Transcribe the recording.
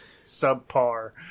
subpar